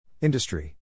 Industry